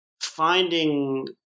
finding